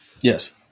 Yes